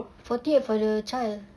forty eight for the child